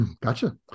Gotcha